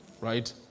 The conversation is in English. right